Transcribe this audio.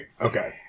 Okay